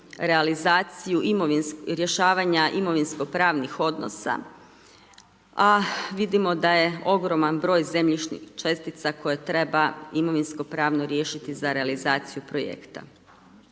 realizaciju rješavanja imovinsko-pravnih odnosa, a vidimo da je ogroman broj zemljišnih čestica koje treba imovinsko-pravno riješiti za realizaciju projekta.